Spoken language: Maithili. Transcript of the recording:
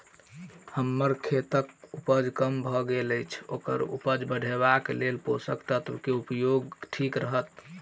हम्मर खेतक उपज कम भऽ गेल अछि ओकर उपज बढ़ेबाक लेल केँ पोसक तत्व केँ उपयोग ठीक रहत?